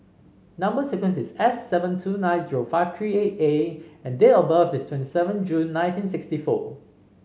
number sequence is S seven two nine zero five three eight A and date of birth is twenty seven June nineteen sixty four